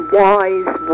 wise